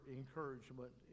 encouragement